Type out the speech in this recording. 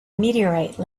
meteorite